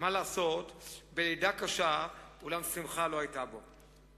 מה לעשות, בלידה קשה, אולם שמחה לא היתה בה.